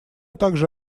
также